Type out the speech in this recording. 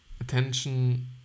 Attention